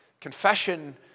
Confession